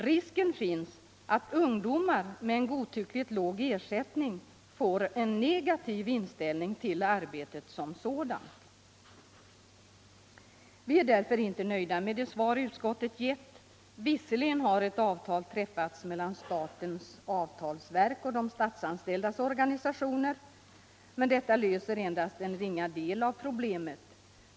Risken finns att ungdomar med en godtyckligt låg ersättning får en negativ inställning till arbetet som sådant. Vi är därför inte nöjda med det svar utskottet gett. Visserligen har ett avtal träffats mellan statens avtalsverk och de statsanställdas organisationer, men detta löser endast en ringa del av problemet.